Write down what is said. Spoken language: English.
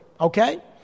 Okay